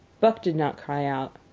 buck did not cry out.